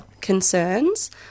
concerns